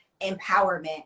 empowerment